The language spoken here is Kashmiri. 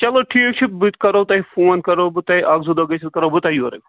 چلو ٹھیٖک چھُ بہٕ تہِ کَرہو تۄہہِ فون کَرہو بہٕ تۄہہِ اَکھ زٕ دۄہ گٔژھِو کَرہو بہٕ تۄہہِ یورے فون